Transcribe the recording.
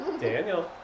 Daniel